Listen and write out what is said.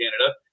Canada